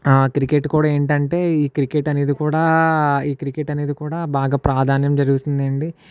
cricket కూడా ఏంటి అంటే ఈ క్రికెట్ అనేది కూడా ఈ క్రికెట్ అనేది కూడా బాగా ప్రాధాన్యం జరుగుతుంది అండి